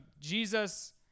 Jesus